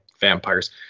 vampires